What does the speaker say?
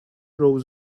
rows